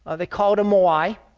ah they call it a moai.